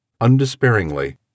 undespairingly